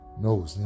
No